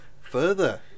Further